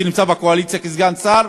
שנמצא בקואליציה כסגן שר,